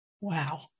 Wow